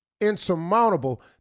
insurmountable